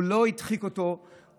הוא לא הדחיק אותו,